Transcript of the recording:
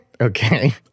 Okay